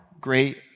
great